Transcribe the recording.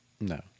No